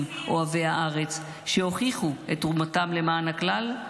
אוהבי הארץ שהוכיחו את תרומתם למען הכלל,